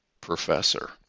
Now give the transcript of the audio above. Professor